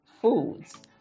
foods